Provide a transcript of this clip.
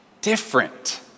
different